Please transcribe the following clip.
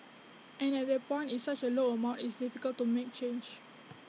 and at that point it's such A low amount it's difficult to make change